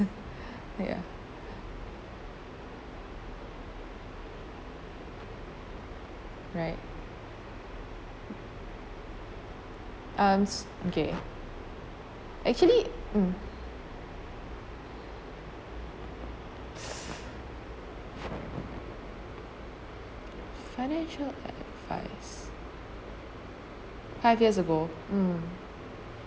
ya right um s~ okay actually mm financial advice five years ago mm